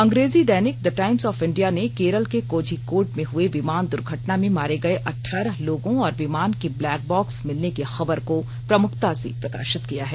अंग्रेजी दैनिक the Times of India ने केरल के कोझिकोड में हुए विमान दुर्घटना में मारे गए अठारह लोगों और विमान के ब्लैक बाक्स मिलने की खबर को प्रमुखता से प्रकाशित किया है